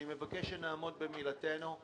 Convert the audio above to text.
אני מבקש שנעמוד במילתנו,